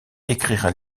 écrira